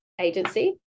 agency